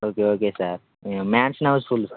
okay okay sir mansion house full